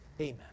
Amen